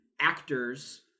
actors